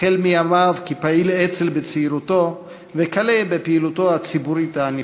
החל בימיו כפעיל אצ"ל בצעירותו וכלה בפעילותו הציבורית הענפה.